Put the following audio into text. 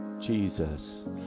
jesus